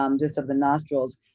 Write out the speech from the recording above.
um just of the nostrils,